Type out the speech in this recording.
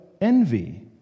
envy